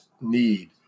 need